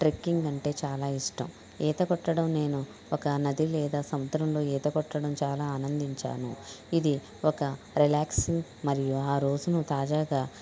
trekking అంటే చాలా ఇష్టం ఈత కొట్టడం నేను ఒక నది లేదా సముద్రంలో ఈత కొట్టడం చాలా ఆనందించాను ఇది ఒక రిలాక్సింగ్ మరియు ఆ రోజును తాజాగా